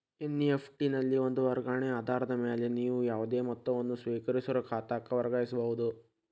NEFT ನಲ್ಲಿ ಒಂದ ವರ್ಗಾವಣೆ ಆಧಾರದ ಮ್ಯಾಲೆ ನೇವು ಯಾವುದೇ ಮೊತ್ತವನ್ನ ಸ್ವೇಕರಿಸೋರ್ ಖಾತಾಕ್ಕ ವರ್ಗಾಯಿಸಬಹುದ್